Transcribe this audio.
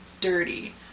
dirty